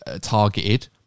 targeted